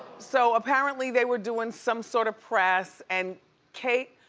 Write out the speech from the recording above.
so apparently, they were doin' some sorta press and kate,